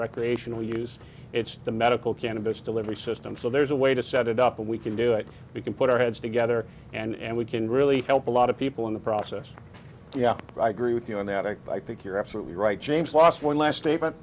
recreational use it's the medical cannabis delivery system so there's a way to set it up and we can do it we can put our heads together and we can really help a lot of people in the process yeah i gree with you on that act i think you're absolutely right james last one last statement